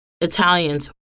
Italians